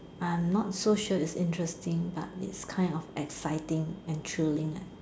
I'm not so sure if interesting but it's kind of exciting and thrilling